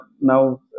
Now